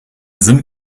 sim